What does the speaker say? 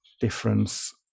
difference